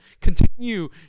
continue